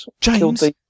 james